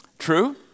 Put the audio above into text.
True